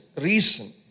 reason